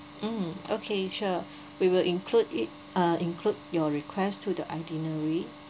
mm okay sure we will include it uh include your request to the itinerary